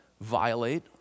violate